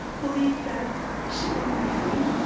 believe that she will be free,